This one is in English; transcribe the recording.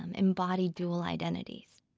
and embody dual identities.